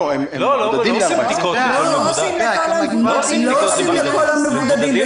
לא עושים בדיקות לכל מבודד.